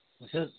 وُچھ حظ